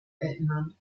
erinnern